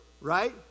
right